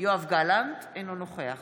יואב גלנט, אינו נוכח